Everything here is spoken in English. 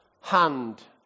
hand